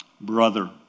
Brother